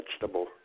vegetable